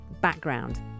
background